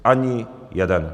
Ani jeden.